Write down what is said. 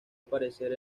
aparecer